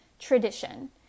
tradition